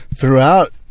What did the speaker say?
throughout